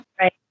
Right